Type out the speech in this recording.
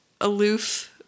aloof